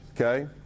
Okay